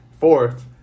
fourth